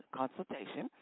consultation